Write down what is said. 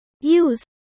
Use